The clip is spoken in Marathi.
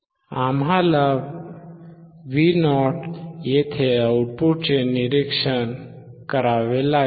आम्हाला Vo येथे आउटपुटचे निरीक्षण करावे लागेल